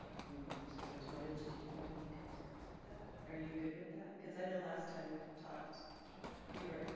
and mr. wojtovich did you have any concerns with that are you good with that? because i know last time we talked you weren't.